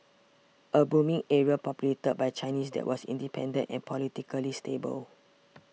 a booming area populated by Chinese that was independent and politically stable